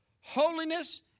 holiness